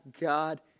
God